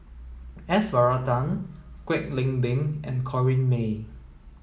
S Varathan Kwek Leng Beng and Corrinne May